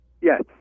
Yes